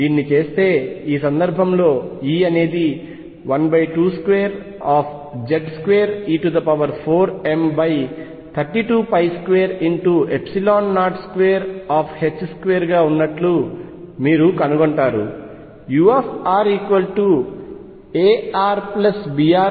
దీన్ని చేస్తే ఈ సందర్భంలో E అనేది 122Z2e4m322022 గా ఉన్నట్లు మీరు కనుగొంటారు